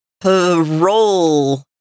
parole